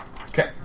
Okay